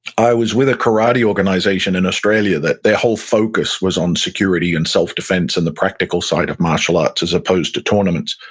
i was with a karate organization in australia that their whole focus was on security and self-defense and the practical side of martial arts as opposed to tournaments.